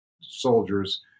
soldiers